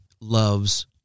loves